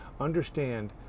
Understand